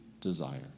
desire